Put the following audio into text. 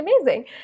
amazing